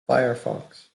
firefox